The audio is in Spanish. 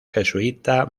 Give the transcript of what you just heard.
jesuita